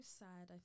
sad